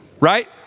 right